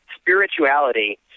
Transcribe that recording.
spirituality